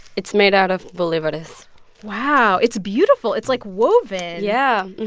it's made out of bolivares wow. it's beautiful. it's, like, woven yeah